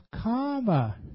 karma